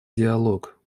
диалог